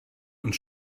und